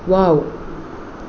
wow